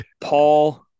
Paul